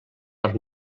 per